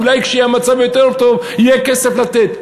אולי כשמצב יהיה יותר טוב יהיה כסף לתת.